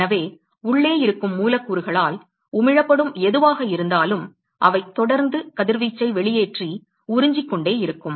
எனவே உள்ளே இருக்கும் மூலக்கூறுகளால் உமிழப்படும் எதுவாக இருந்தாலும் அவை தொடர்ந்து கதிர்வீச்சை வெளியேற்றி உறிஞ்சிக் கொண்டே இருக்கும்